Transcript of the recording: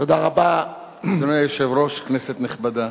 אדוני היושב-ראש, כנסת נכבדה,